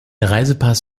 reisepass